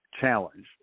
challenge